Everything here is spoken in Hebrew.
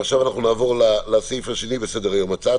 ועכשיו אנחנו נעבור לסעיף השני בסדר היום: הצעת